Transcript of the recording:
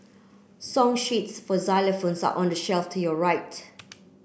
song sheets for xylophones are on the shelf to your right